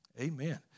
Amen